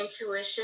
intuition